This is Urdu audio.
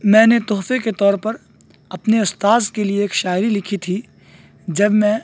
میں نے تحفے کے طور پر اپنے استاذ کے لیے ایک شاعری لکھی تھی جب میں